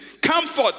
Comfort